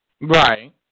Right